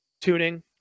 tuning